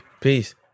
peace